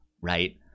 right